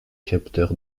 capteur